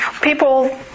people